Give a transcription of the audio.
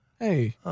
Hey